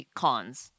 cons